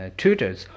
tutors